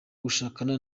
gushakana